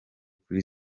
kuri